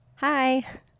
Hi